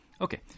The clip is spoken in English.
Okay